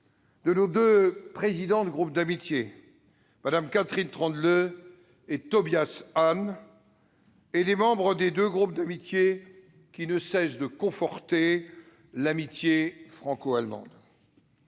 de nos deux présidents de groupes d'amitié, Mme Catherine Troendlé et M. Tobias Hans, ainsi que les membres des deux groupes d'amitié, qui ne cessent de conforter l'amitié franco-allemande.